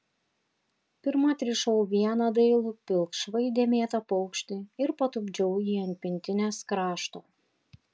pirma atrišau vieną dailų pilkšvai dėmėtą paukštį ir patupdžiau jį ant pintinės krašto